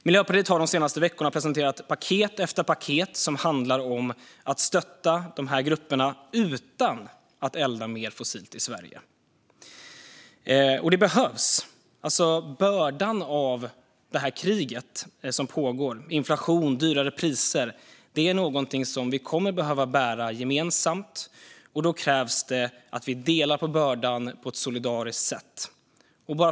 Miljöpartiet har de senaste veckorna presenterat paket efter paket som handlar om att stötta dessa grupper utan att elda mer fossilt i Sverige. Det behövs. Bördan av det pågående kriget, inflation och dyrare priser är något som vi kommer att behöva bära gemensamt. Då krävs det att vi solidariskt delar på bördan.